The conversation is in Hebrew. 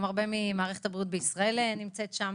רבים ממערכת הבריאות בישראל נמצאים שם.